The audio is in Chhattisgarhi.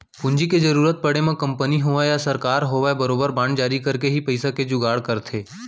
पूंजी के जरुरत पड़े म कंपनी होवय या सरकार होवय बरोबर बांड जारी करके ही पइसा के जुगाड़ करथे